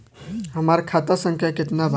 हमार खाता संख्या केतना बा?